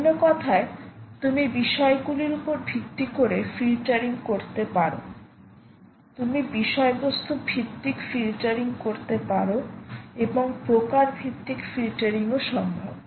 অন্য কথায় তুমি বিষয়গুলির উপর ভিত্তি করে ফিল্টারিং করতে পারো তুমি বিষয়বস্তু ভিত্তিক ফিল্টারিং করতে পারো এবংপ্রকার ভিত্তিক ফিল্টারিং ও সম্ভব